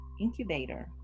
Incubator